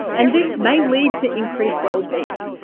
and this may lead to increased wellbeing.